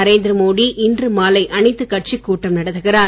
நரேந்திர மோடி இன்று மாலை அனைத்துக் கட்சிக் கூட்டம் நடத்துகிறார்